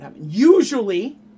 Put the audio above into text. Usually